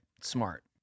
smart